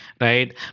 Right